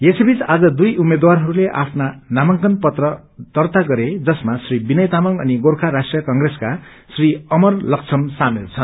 यसैबीच आज दुइ उम्मेद्वारहरूले आफ्ना नामांकन पत्र दर्ता गरे जसमा श्री विनय तामाङ अनि गोर्खा राष्ट्रीय कंग्रेसका श्री अमर लक्छम सामेल छन्